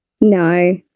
no